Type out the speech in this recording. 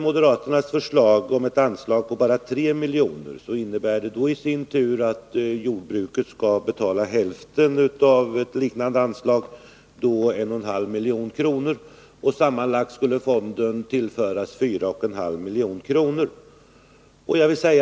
Moderaternas förslag om ett anslag på bara 3 miljoner innebär i sin tur att jordbruket skall betala hälften så mycket, dvs. 1,5 miljoner. Sammanlagt skulle fonden då tillföras 4,5 milj.kr.